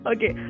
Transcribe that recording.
Okay